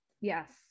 yes